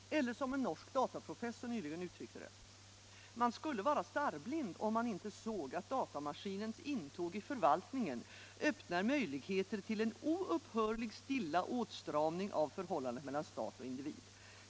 En norsk dataprofessor uttryckte det nyligen så här: ”Man skulle vara starrblind om man inte såg att datamaskinens intåg i förvaltningen öppnar möjligheter till en oupphörlig, stilla åtstramning av förhållandet mellan stat och individ.